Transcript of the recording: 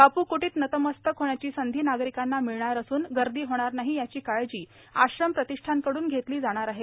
बापू क्टीत नतमस्तक होण्याची संधी नागरिकाना मिळणार असून गर्दी होणार नाही याची काळजी आश्रम प्रतिष्ठानकडून घेतली जाणार आहे